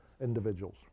individuals